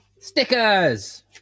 Stickers